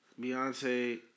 Beyonce